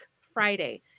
Friday